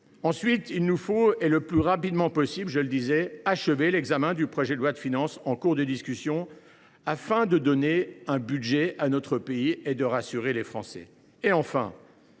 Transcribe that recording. plus. Il nous faut le plus rapidement possible achever l’examen du projet de loi de finances en cours de discussion, afin de donner un budget à notre pays et de rassurer les Français. Enfin,